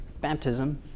baptism